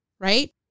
Right